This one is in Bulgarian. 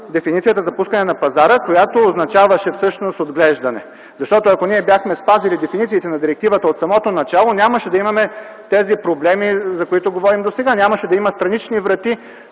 дефиницията за пускане на пазара, която означаваше всъщност отглеждане. Защото ако ние бяхме спазили дефинициите на директивата от самото начало, нямаше да имаме тези проблеми, за които говорим досега, нямаше да има странични врати,